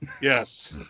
Yes